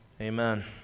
Amen